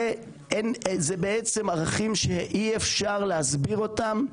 זה בעצם ערכים שאי אפשר להסביר אותם,